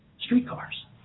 streetcars